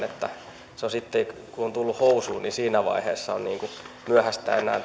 että sitten kun on tullut housuun niin siinä vaiheessa on myöhäistä enää